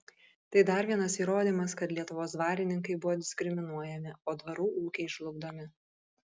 tai dar vienas įrodymas kad lietuvos dvarininkai buvo diskriminuojami o dvarų ūkiai žlugdomi